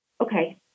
Okay